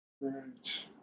Right